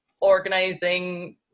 organizing